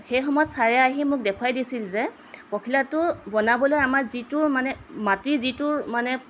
সেই সময়ত ছাৰে আহি মোক দেখুৱাই দিছিল যে পখিলাটো বনাবলৈ আমাৰ যিটো মানে মাটিৰ যিটো মানে